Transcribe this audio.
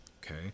Okay